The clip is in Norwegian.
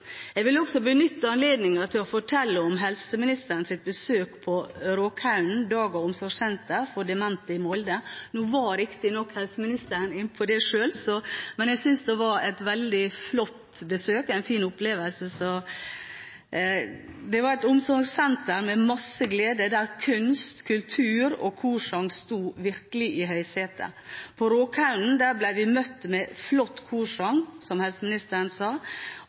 Jeg vil også benytte anledningen til å fortelle om helseministerens besøk på Råkhaugen omsorgssenter for demente i Molde. Nå var riktignok helseministeren inne på det sjøl, men jeg syntes det var et veldig flott besøk og en fin opplevelse. Det var et omsorgssenter med masse glede, der kunst, kultur og korsang virkelig sto i høysetet. På Råkhaugen ble vi møtt med flott korsang, som helseministeren sa,